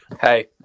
Hey